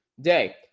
day